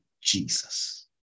Jesus